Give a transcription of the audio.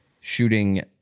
shooting